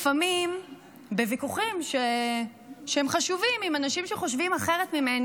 לפעמים בוויכוחים שהם חשובים עם אנשים שחושבים אחרת ממני,